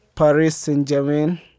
Paris-Saint-Germain